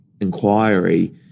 inquiry